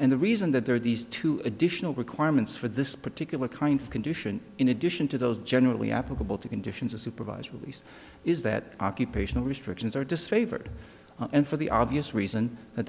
and the reason that there are these two additional requirements for this particular kind of condition in addition to those generally applicable to conditions of supervised release is that occupational restrictions are disfavored and for the obvious reason